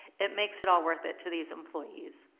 it makes it all worth it to these employees.